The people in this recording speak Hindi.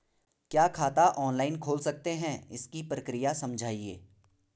क्या खाता ऑनलाइन खोल सकते हैं इसकी प्रक्रिया समझाइए?